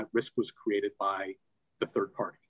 that risk was created by the rd party